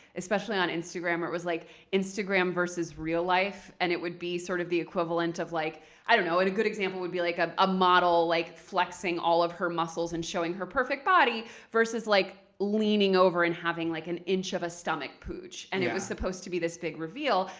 especially on instagram, where it was like instagram versus real life, and it would be sort of the equivalent of like i don't know. a good example would be like a ah model like flexing all of her muscles and showing her perfect body versus like leaning over and having like an inch of a stomach pooch, and it was supposed to be this big reveal.